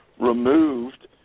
removed